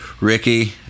Ricky